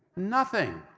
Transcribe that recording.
nothing.